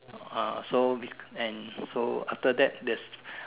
ah so and so after that there's